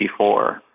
1954